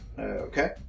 Okay